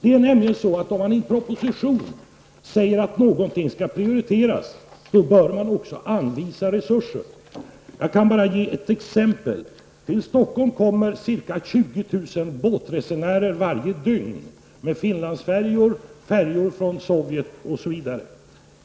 Det är nämligen så, att om man i propositionen skriver att någonting skall prioriteras, bör också resurser anvisas. Jag kan ge ett exempel. Till Stockholm kommer ca 20 000 båtresenärer varje dygn -- med Finlandsfärjor, färjor från Sovjet osv.